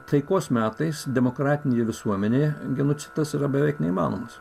taikos metais demokratinėje visuomenėje genocidas yra beveik neįmanomas